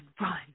run